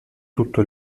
tutto